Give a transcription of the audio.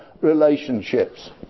relationships